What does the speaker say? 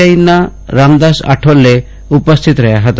આઈના રામદાસ આઠવલે ઉપસ્થિત રહ્યા હતા